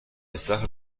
استخر